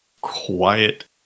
quiet